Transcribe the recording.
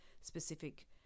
specific